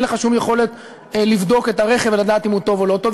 אין לך שום יכולת לבדוק את הרכב ולדעת אם הוא טוב או לא טוב,